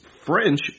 French